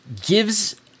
gives